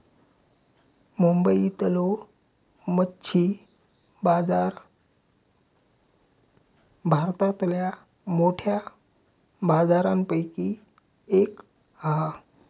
मुंबईतलो मच्छी बाजार भारतातल्या मोठ्या बाजारांपैकी एक हा